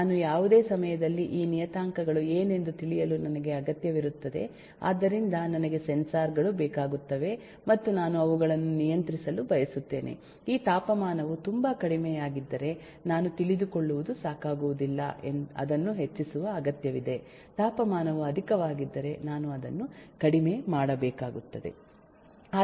ನಾನು ಯಾವುದೇ ಸಮಯದಲ್ಲಿ ಈ ನಿಯತಾಂಕಗಳು ಏನೆಂದು ತಿಳಿಯಲು ನನಗೆ ಅಗತ್ಯವಿರುತ್ತದೆ ಆದ್ದರಿಂದ ನನಗೆ ಸೆನ್ಸಾರ್ ಗಳು ಬೇಕಾಗುತ್ತವೆ ಮತ್ತು ನಾನು ಅವುಗಳನ್ನು ನಿಯಂತ್ರಿಸಲು ಬಯಸುತ್ತೇನೆ ಈ ತಾಪಮಾನವು ತುಂಬಾ ಕಡಿಮೆಯಾಗಿದ್ದರೆ ನಾನು ತಿಳಿದುಕೊಳ್ಳುವುದು ಸಾಕಾಗುವುದಿಲ್ಲ ಅದನ್ನು ಹೆಚ್ಚಿಸುವ ಅಗತ್ಯವಿದೆ ತಾಪಮಾನವು ಅಧಿಕವಾಗಿದ್ದರೆ ನಾನು ಅದನ್ನು ಕಡಿಮೆ ಮಾಡಬೇಕಾಗುತ್ತದೆ